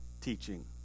teaching